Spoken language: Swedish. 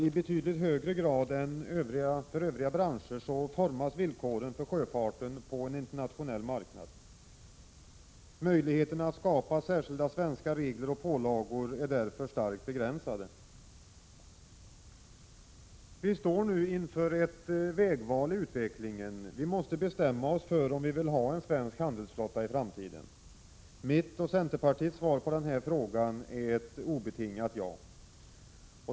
I betydligt högre grad än för övriga branscher formas villkoren för sjöfarten på en internationell marknad. Möjligheterna att skapa särskilda svenska regler och pålagor är därför starkt begränsade. Vistår nu inför ett vägval i utvecklingen. Vi måste bestämma oss för om vi vill ha en svensk handelsflotta i framtiden. Mitt och centerpartiets svar på denna fråga är ett obetingat ja.